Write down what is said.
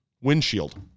windshield